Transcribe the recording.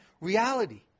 reality